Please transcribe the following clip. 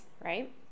right